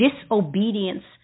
disobedience